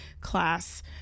class